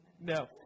No